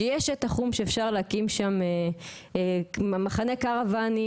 שיש שטח חום שאפשר להקים שם מחנה קרוואנים,